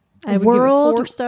World